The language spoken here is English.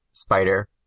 spider